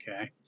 Okay